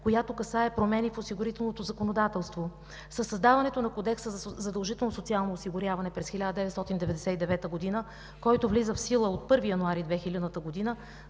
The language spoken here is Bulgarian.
която касае промени в осигурителното законодателство, със създаването на Кодекса за задължително социално осигуряване през 1999 г., който влиза в сила от 1 януари 2000 г.,